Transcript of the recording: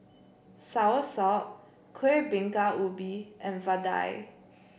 Soursop Kuih Bingka Ubi and Vadai